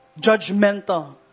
judgmental